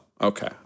okay